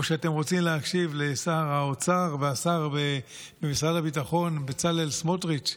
או שאתם רוצים להקשיב לשר האוצר והשר במשרד הביטחון בצלאל סמוטריץ',